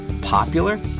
Popular